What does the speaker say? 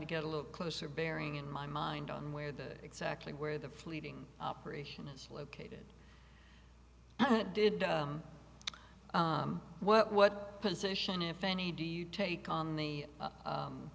to get a little closer bearing in my mind on where the exactly where the fleeting operation is located but did what what position if any do you take on the